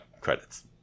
credits